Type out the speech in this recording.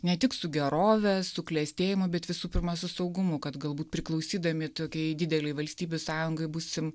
ne tik su gerove su klestėjimu bet visų pirma su saugumu kad galbūt priklausydami tokiai didelei valstybių sąjungai būsim